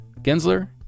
Gensler